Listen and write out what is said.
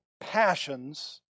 passions